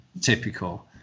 typical